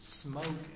smoke